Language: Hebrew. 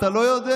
אתה לא יודע.